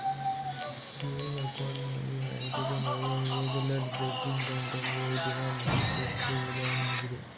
saving account, money market account, regular checking ಅಕೌಂಟ್ಗಳು demand deposit ಗೆ ಉದಾಹರಣೆಯಾಗಿದೆ